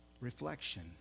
Reflection